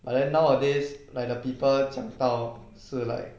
but then nowadays like the people 讲到是 like